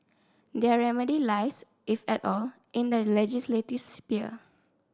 their remedy lies if at all in the legislative sphere